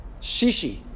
Shishi